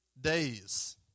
days